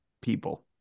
people